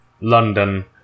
london